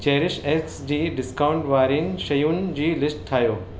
CherishX जी discount वारियुनि शयुनि जी लिस्ट ठाहियो